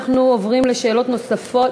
אנחנו עוברים לשאלות נוספות.